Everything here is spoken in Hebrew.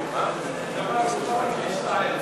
שמחים,